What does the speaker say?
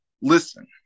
listen